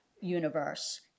universe